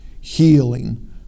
healing